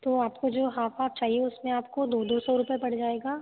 तो आपको जो हाफ़ हाफ़ चाहिए उसमें आपको दो दो सौ रुपए पड़ जाएगा